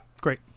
great